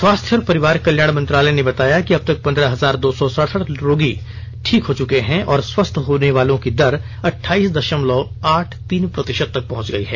स्वास्थ्य और परिवार कल्याण मंत्रालय ने बताया है कि अब तक पंद्रह हजार दो सौ सड़सठ रोगी ठीक हो चुके हैं और स्वस्थ होने वालों की दर अठाइस दशमलव आठ तीन प्रतिशत तक पहुंच गई है